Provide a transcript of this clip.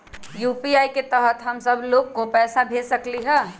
UPI के तहद हम सब लोग को पैसा भेज सकली ह?